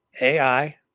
AI